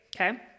Okay